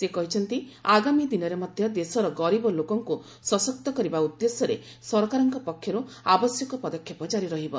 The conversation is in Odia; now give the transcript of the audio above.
ସେ କହିଛନ୍ତି ଆଗାମୀ ଦିନରେ ମଧ୍ୟ ଦେଶର ଗରିବ ଲୋକଙ୍କୁ ସଶକ୍ତ କରିବା ଉଦ୍ଦେଶ୍ୟରେ ସରକାରଙ୍କ ପକ୍ଷରୁ ଆବଶ୍ୟକ ପଦକ୍ଷେପ କାରି ରହିବ